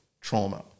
trauma